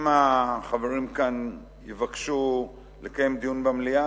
אם החברים כאן יבקשו לקיים דיון במליאה,